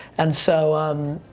and so um,